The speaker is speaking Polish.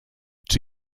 czy